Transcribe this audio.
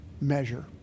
measure